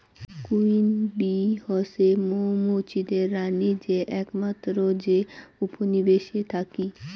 queen bee হসে মৌ মুচিদের রানী যে আকমাত্র যে উপনিবেশে থাকি